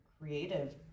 creative